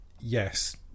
yes